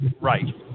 right